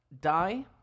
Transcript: Die